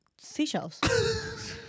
seashells